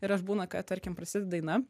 ir aš būna ka tarkim prasided daina